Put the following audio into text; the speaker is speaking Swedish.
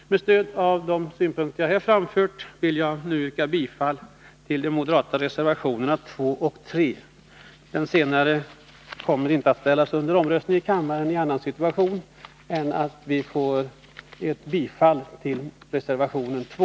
Med stöd av de synpunkter som jag här har framfört vill jag nu yrka bifall till de moderata reservationerna 2 och 3. Den senare reservationen kommer inte att ställas under omröstning i kammaren annat än om kammaren bifaller reservation 2.